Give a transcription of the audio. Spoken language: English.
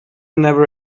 never